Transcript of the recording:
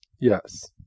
Yes